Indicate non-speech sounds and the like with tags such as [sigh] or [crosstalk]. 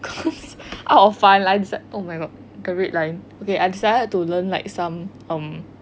[laughs] out of fine lines oh my god the red line okay I decided to learn like some um